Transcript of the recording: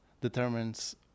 determines